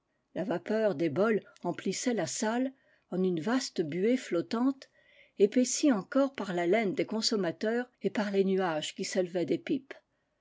la vapeur des bols emplissait la salle en une vaste buée flottante épaissie encore par l'haleine des consommateurs et par les nuages qui s'élevaient des pipes